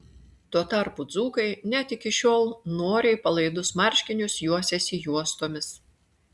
tuo tarpu dzūkai net iki šiol noriai palaidus marškinius juosiasi juostomis